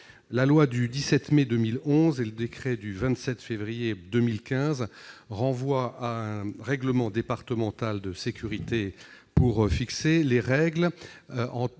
La loi du 17 mai 2011 et le décret du 27 février 2015 renvoient à un règlement départemental de défense extérieure